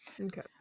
Okay